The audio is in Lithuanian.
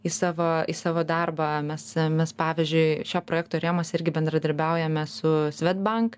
į savo į savo darbą mes mes pavyzdžiui šio projekto rėmuose irgi bendradarbiaujame su svedbank